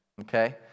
okay